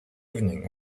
evening